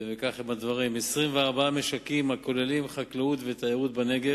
וכך הם הדברים: 24 משקים הכוללים חקלאות ותיירות בנגב.